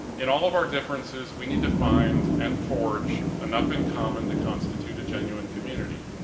in all of our differences, we need to find and forge enough in common to constitute a genuine community.